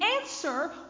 answer